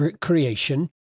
creation